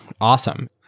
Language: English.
awesome